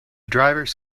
drivers